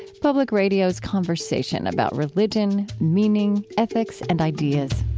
public radio's conversation about religion, meaning, ethics, and ideas.